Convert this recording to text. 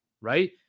Right